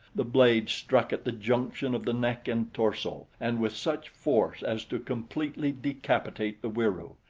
the blade struck at the junction of the neck and torso and with such force as to completely decapitate the wieroo,